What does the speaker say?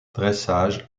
dressage